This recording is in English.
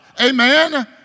Amen